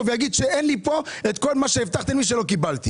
ויגיד שאין לו את כל מה שהבטחתם לו והוא לא קיבל?